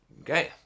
Okay